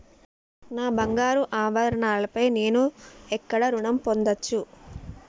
నా బంగారు ఆభరణాలపై నేను ఎక్కడ రుణం పొందచ్చు?